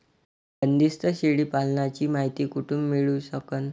बंदीस्त शेळी पालनाची मायती कुठून मिळू सकन?